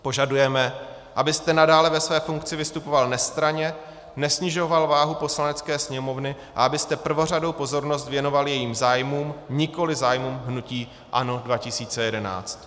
Požadujeme, abyste nadále ve své funkci vystupoval nestranně, nesnižoval váhu Poslanecké sněmovny a abyste prvořadou pozornost věnoval jejím zájmům, nikoli zájmům hnutí ANO 2011.